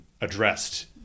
addressed